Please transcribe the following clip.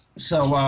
so